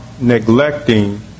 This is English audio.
neglecting